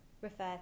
refer